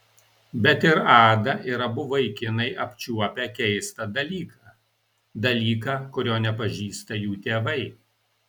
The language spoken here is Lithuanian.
bet ir ada ir abu vaikinai apčiuopę keistą dalyką dalyką kurio nepažįsta jų tėvai